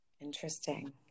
Interesting